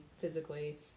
physically